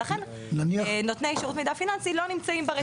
ולכן נותני שירות מידע פיננסי לא נמצאים ברשימה.